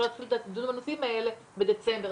להתחיל את הדיון בנושאים האלה בדצמבר.